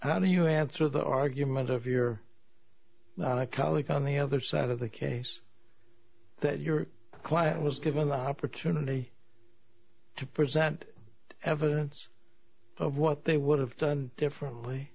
how do you answer the argument of your colleague on the other side of the case that your client was given the opportunity to present evidence of what they would have done differently